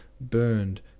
burned